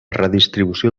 redistribució